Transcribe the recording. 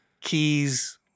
keys